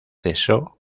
cesó